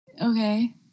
Okay